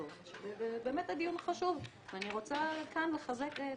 ובאמת הדיון חשוב ואני רוצה כאן לחזק את